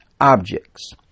objects